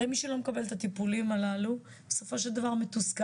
הרי מי שלא מקבל את הטיפולים הללו בסופו של דבר מתוסכל.